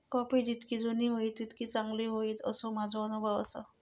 coffee जितकी जुनी होईत तितकी चांगली होईत, असो माझो अनुभव आसा